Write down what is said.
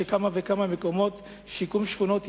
ובכמה וכמה מקומות שיקום השכונות הצליח,